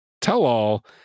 tell-all